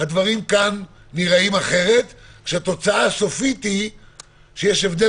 הדברים כאן נראים אחרת כשהתוצאה הסופית היא שיש הבדל